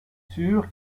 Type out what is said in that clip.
sûr